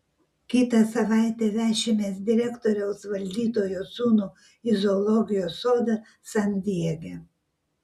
kitą savaitę vešimės direktoriaus valdytojo sūnų į zoologijos sodą san diege